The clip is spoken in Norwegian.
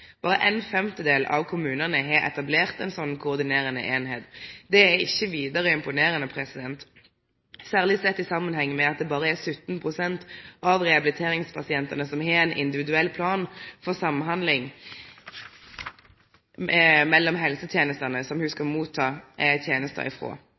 er ikkje vidare imponerande, særleg sett i samanheng med at det berre er 17 pst. av rehabiliteringspasientane som har ein individuell plan for samhandling mellom helsetenestene ein skal ta imot tenester frå. Komiteen ser på det som ei tydeleggjering av kommunanes plikt at forskrifta no er forankra i